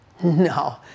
No